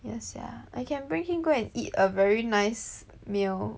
ya sia I can bring him go and eat a very nice meal